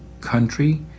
country